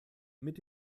mit